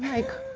like,